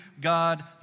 God